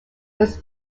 was